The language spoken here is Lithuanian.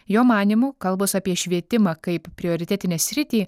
jo manymu kalbos apie švietimą kaip prioritetinę sritį